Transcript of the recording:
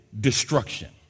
destruction